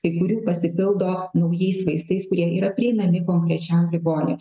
kai kurių pasipildo naujais vaistais kurie yra prieinami konkrečiam ligoniui